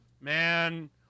Man